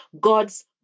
God's